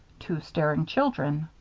two staring children.